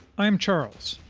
i am charles,